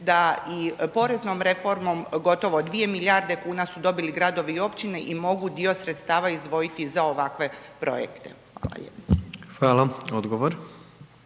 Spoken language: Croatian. da i poreznom reformom gotovo 2 milijarde kuna su dobili gradovi i općine i mogu dio sredstava izdvojiti za ovakve projekte. **Jandroković,